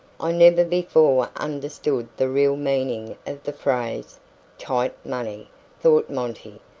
i never before understood the real meaning of the phrase tight money thought monty.